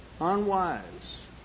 Unwise